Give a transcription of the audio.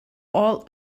all